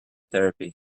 therapy